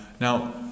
Now